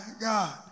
God